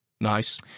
Nice